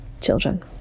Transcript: children